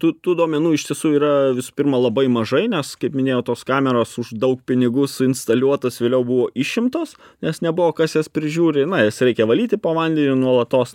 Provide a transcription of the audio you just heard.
tų tų duomenų iš tiesų yra visų pirma labai mažai nes kaip minėjau tos kameros už dau pinigų suinstaliuotos vėliau buvo išimtos nes nebuvo kas jas prižiūri na jas reikia valyti po vandeniu nuolatos